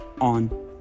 on